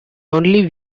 only